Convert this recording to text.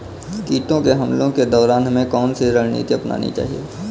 कीटों के हमलों के दौरान हमें कौन सी रणनीति अपनानी चाहिए?